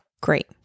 great